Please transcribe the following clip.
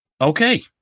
Okay